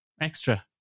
extra